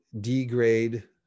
degrade